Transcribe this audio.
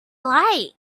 like